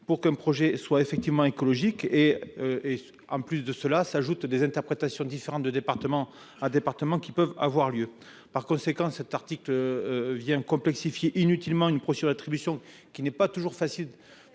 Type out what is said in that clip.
pour qu'un projet soit effectivement écologique et et en plus de cela, s'ajoutent des interprétations différentes de département à département qui peuvent avoir lieu par conséquent cet article vient complexifier inutilement une procédure d'attribution qui n'est pas toujours facile